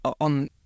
on